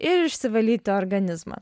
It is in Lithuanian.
ir išsivalyti organizmą